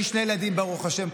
יש לי שני ילדים, ברוך השם.